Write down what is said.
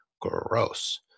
gross